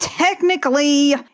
Technically